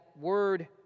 word